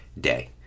day